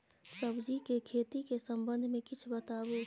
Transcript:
सब्जी के खेती के संबंध मे किछ बताबू?